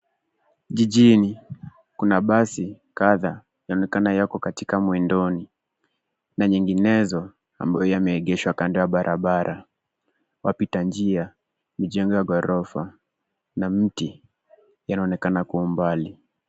Jijini kuna basi kadhaa yanaonekana yako katika mwendoni na nyinginezo ambayo yameegeshwa kando ya barabara. Wapita njia, mijengo ya ghorofa na miti yanaonekana kwa umbali.